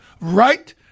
right